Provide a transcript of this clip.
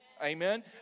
Amen